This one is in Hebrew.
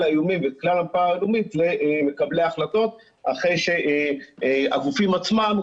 האיומים למקבלי ההחלטות אחרי שהגופים עצמם,